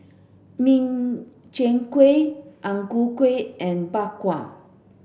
Min Chiang Kueh Ang Ku Kueh and Bak Kwa